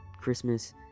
Christmas